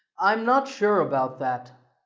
i'm not sure about that.